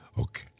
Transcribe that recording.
okay